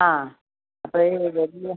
ആ അപ്പോഴേ ഒരു വലിയ